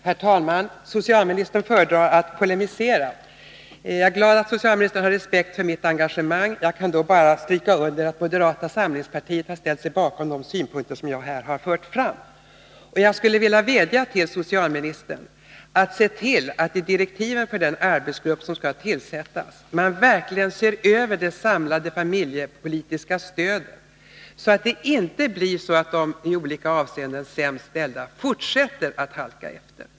Herr talman! Socialministern föredrar att polemisera. Det gläder mig att socialministern har respekt för mitt engagemang. Jag kan då bara stryka under att moderata samlingspartiet har ställt sig bakom de synpunkter som jag här har fört fram. Jag skulle vilja vädja till socialministern att se till att i direktiven till den arbetsgrupp som skall tillsättas ange att den verkligen ser över det samlade familjepolitiska stödet, så att det inte blir de i olika avseenden sämst ställda som fortsätter att halka efter.